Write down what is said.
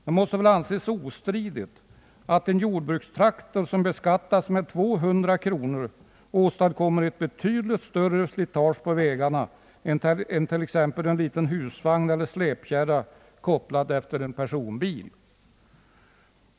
Det måste väl anses ostridigt att en jordbrukstraktor som beskattas med 200 kronor åstadkommer ett betydligt större slitage på vägarna än t, ex. en liten husvagn eller släpkärra, kopplad till en personbil.